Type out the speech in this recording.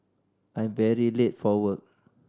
I'm very late for work